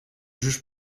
juge